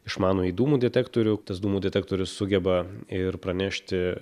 išmanųjį dūmų detektorių tas dūmų detektorius sugeba ir pranešti